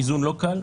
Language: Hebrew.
איזון לא קל,